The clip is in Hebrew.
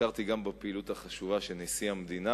נזכרתי גם בפעילות החשובה שנשיא המדינה